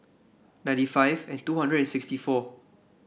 ninety five and two hundred and sixty four